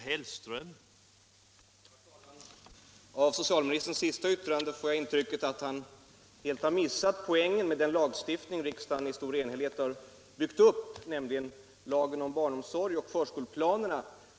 Herr talman! Av socialministerns senaste yttrande får jag intrycket att han helt har missat poängen med den lagstiftning som riksdagen under stor enighet har byggt upp, nämligen lagen om barnomsorg och förskoleplanerna.